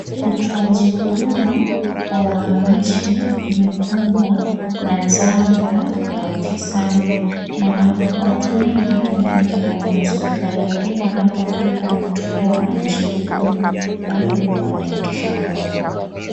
Utoaji huduma kwa wananchi imekumbwa na janga la ufisadi. Maana watu wengi wameandikwa kazi na serikali lakini wanapofika ni kutolewa wanainchi huduma, bado wanaitisha hongo.